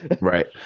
Right